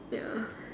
ya